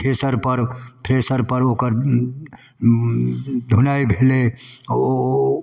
थ्रेसरपर थ्रेसरपर ओकर धुनाइ भेलै ओ